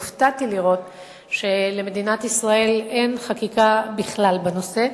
הופתעתי לראות שלמדינת ישראל אין חקיקה בכלל בנושא,